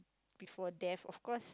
before death of course